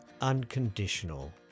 unconditional